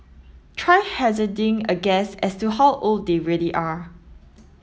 try hazarding a guess as to how old they really are